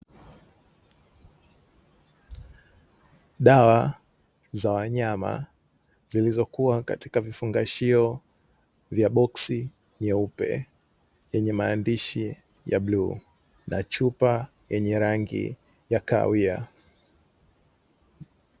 Dawa za wanyama zilizokuwa katika vifungashio vya boksi nyeupe, yenye maandishi ya bluu na chupa yenye rangi ya kahawia.